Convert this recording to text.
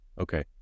Okay